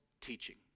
teaching